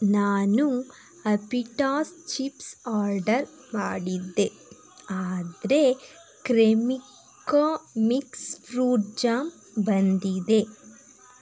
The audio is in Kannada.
ನಾನು ಅಪಿಟಾಸ್ ಚಿಪ್ಸ್ ಆರ್ಡರ್ ಮಾಡಿದ್ದೆ ಆದರೆ ಕ್ರೆಮಿಕಾ ಮಿಕ್ಸ್ ಫ್ರೂಟ್ ಜ್ಯಾಮ್ ಬಂದಿದೆ